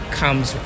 comes